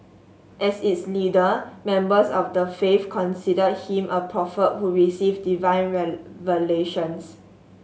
as its leader members of the faith considered him a prophet who received divine revelations